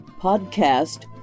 podcast